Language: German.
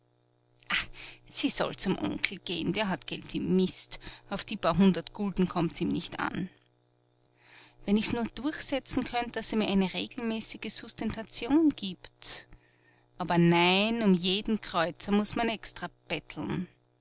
sie soll zum onkel geh'n der hat geld wie mist auf die paar hundert gulden kommt's ihm nicht an wenn ich's nur durchsetzen könnt daß er mir eine regelmäßige sustentation gibt aber nein um jeden kreuzer muß man extra betteln